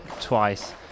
twice